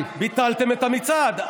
ביטלתם את המצעד.